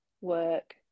work